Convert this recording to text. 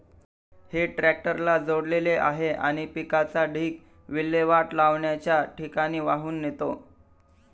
हे ट्रॅक्टरला जोडलेले आहे आणि पिकाचा ढीग विल्हेवाट लावण्याच्या ठिकाणी वाहून नेतो